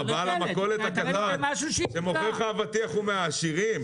בעל המכולת הקטן שמוכר לך אבטיח הוא מהעשירים?